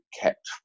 kept